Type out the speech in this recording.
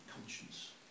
Conscience